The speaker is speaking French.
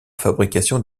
fabrication